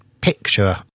picture